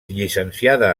llicenciada